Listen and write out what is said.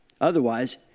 Otherwise